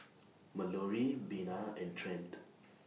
Malorie Bina and Trent